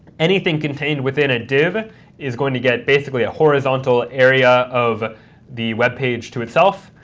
anything contained within a div is going to get basically a horizontal area of the web page to itself,